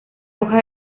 hoja